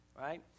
right